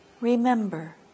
remember